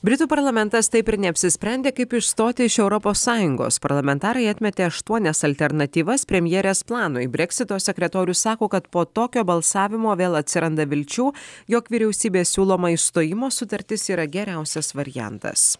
britų parlamentas taip ir neapsisprendė kaip išstoti iš europos sąjungos parlamentarai atmetė aštuonias alternatyvas premjerės planui breksito sekretorius sako kad po tokio balsavimo vėl atsiranda vilčių jog vyriausybės siūloma išstojimo sutartis yra geriausias variantas